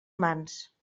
mans